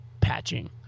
patching